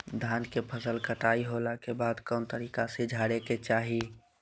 धान के फसल कटाई होला के बाद कौन तरीका से झारे के चाहि?